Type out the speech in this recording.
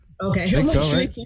Okay